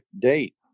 date